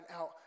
out